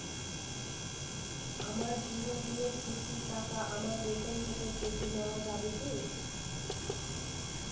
আমার গৃহঋণের কিস্তির টাকা আমার বেতন থেকে কেটে নেওয়া যাবে কি?